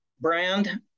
brand